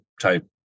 type